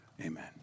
amen